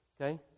Okay